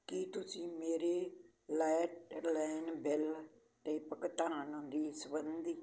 ਕੀ ਤੁਸੀਂ ਮੇਰੇ landline bill ਦੇ ਭੁਗਤਾਨ ਦੀ ਸਬੰਧੀ